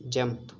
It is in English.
jump